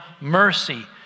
mercy